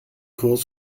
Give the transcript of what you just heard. kurs